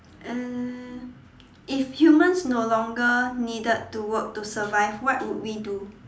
uh if humans no longer needed to work to survive what would we do